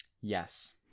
Yes